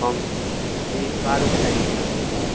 हम तीन कारों से आएंगे आपके पास